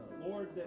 Lord